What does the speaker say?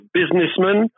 businessmen